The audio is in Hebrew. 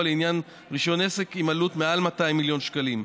לעניין רישיון עסק עם עלות מעל 200 מיליון שקלים.